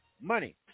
Money